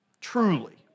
Truly